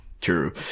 true